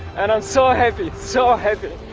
and i'm so happy, so happy!